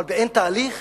אבל באין תהליך,